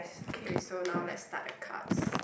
okay so now let's start the cards